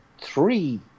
three